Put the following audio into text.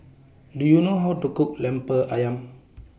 Do YOU know How to Cook Lemper Ayam